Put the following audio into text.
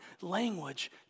language